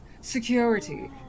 Security